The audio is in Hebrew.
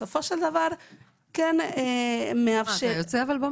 לכן מתוך הבנה שבסופו של דבר ההסדרים יכולים לשמש גם וגם,